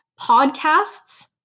podcasts